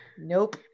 Nope